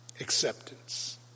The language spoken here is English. acceptance